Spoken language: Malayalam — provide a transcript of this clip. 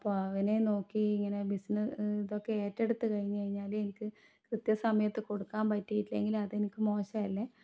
അപ്പം അവനെയും നോക്കി ഇങ്ങനെ ബിസിന ഇതൊക്കെ ഏറ്റെടുത്ത് കഴിഞ്ഞ് കഴിഞ്ഞാൽ എനിക്ക് കൃത്യ സമയത്ത് കൊടുക്കാൻ പറ്റിലെങ്കിൽ അതെനിക്ക് മോശം അല്ലെ